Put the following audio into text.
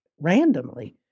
randomly